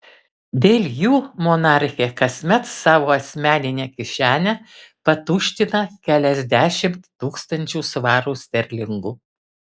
dėl jų monarchė kasmet savo asmeninę kišenę patuština keliasdešimt tūkstančių svarų sterlingų